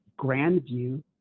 Grandview